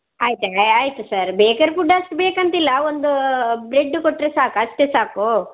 ಆಯ್ತು ಆಯ್ತು sir baker food ಅಷ್ಟು ಬೇಕಂತಿಲ್ಲ ಒಂದು ಬ್ರೆಡ್ ಕೊಟ್ಟರೆ ಸಾಕು ಅಷ್ಟೇ ಸಾಕು